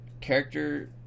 character